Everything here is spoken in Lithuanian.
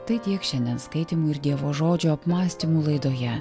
tai tiek šiandien skaitymų ir dievo žodžio apmąstymų laidoje